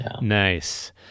Nice